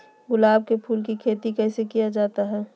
गुलाब के फूल की खेत कैसे किया जाता है?